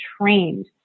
trained